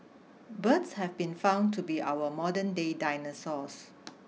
birds have been found to be our modernday dinosaurs